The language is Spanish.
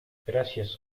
gracias